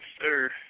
sir